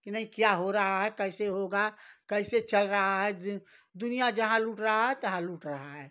कि नहीं क्या हो रहा है कैसे होगा कैसे चल रहा है दुनिया जहाँ लूट रहा है तहाँ लूट रहा है